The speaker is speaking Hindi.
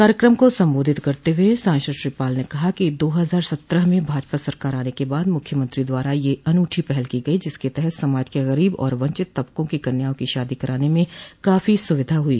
कार्यकम को सम्बोधित करते हुए सांसद श्री पाल ने कहा कि दो हजार सत्रह में भाजपा सरकार आने के बाद मुख्यमत्री द्वारा यह अनूठी पहल की गई जिसके तहत समाज के गरीब और वंचित तबकों की कन्याओं की शादी कराने में काफी सुविधा हुई